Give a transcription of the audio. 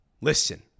listen